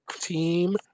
team